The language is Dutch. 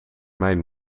mijn